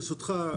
ברשותך,